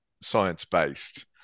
science-based